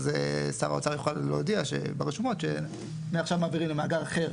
אז שר האוצר יוכל להודיע ברשומות שמעכשיו מעבירים למאגר אחר,